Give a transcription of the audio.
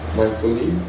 mindfully